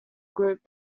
group